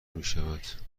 میشود